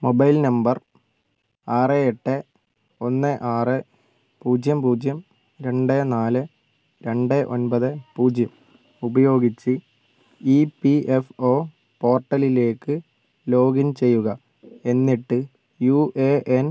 mobile number ആറ് എട്ട് ഒന്ന് ആറ് പൂജ്യം പൂജ്യം രണ്ട് നാല് രണ്ട് ഒൻപത് പൂജ്യം ഉപയോഗിച്ച് ഇ പി എഫ് ഒ പോർട്ടലിലേക്ക് ലോഗിൻ ചെയ്യുക എന്നിട്ട് യു എ എൻ